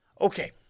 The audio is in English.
Okay